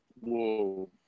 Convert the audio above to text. Whoa